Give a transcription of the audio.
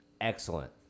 Excellent